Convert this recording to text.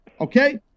okay